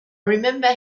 remember